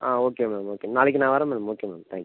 ஆ okay ma'am okay நாளைக்கு நா வரேன் மேம் ஓகே மேம் தேங்க்யூ